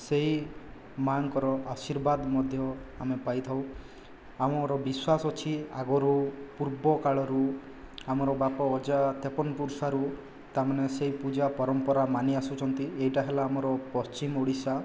ସେହି ମାଙ୍କର ଆଶୀର୍ବାଦ ମଧ୍ୟ ଆମେ ପାଇଥାଉ ଆମର ବିଶ୍ଵାସ ଅଛି ଆଗରୁ ପୂର୍ବ କାଳରୁ ଆମର ବାପ ଅଜା ତେପନ ପୁରୁଷାରୁ ତାମାନେ ସେହି ପୂଜା ପରମ୍ପରା ମାନି ଆସୁଛନ୍ତି ଏହିଟା ହେଲା ଆମର ପଶ୍ଚିମ ଓଡ଼ିଶା